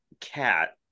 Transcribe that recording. cat